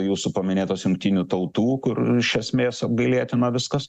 jūsų paminėtas jungtinių tautų kur iš esmės apgailėtina viskas